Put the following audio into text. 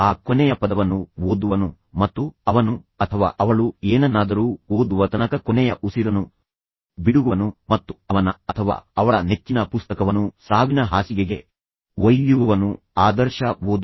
ಆ ಕೊನೆಯ ಪದವನ್ನು ಓದುವವನು ಮತ್ತು ಅವನು ಅಥವಾ ಅವಳು ಏನನ್ನಾದರೂ ಓದುವ ತನಕ ಕೊನೆಯ ಉಸಿರನ್ನು ಬಿಡುವವನು ಮತ್ತು ಅವನ ಅಥವಾ ಅವಳ ನೆಚ್ಚಿನ ಪುಸ್ತಕವನ್ನು ಸಾವಿನ ಹಾಸಿಗೆಗೆ ಒಯ್ಯುವವನು ಆದರ್ಶ ಓದುಗ